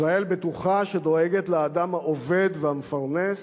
ישראל בטוחה, שדואגת לאדם העובד והמפרנס.